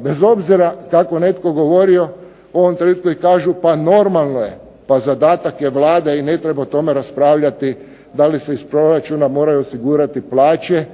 bez obzira kako netko govorio u ovom trenutku i kažu, pa normalno je pa zadatak je Vlade i ne treba o tome raspravljati da li se iz proračuna moraju osigurati plaće,